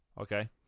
Okay